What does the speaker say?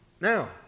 Now